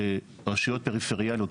ברשויות פריפריאליות,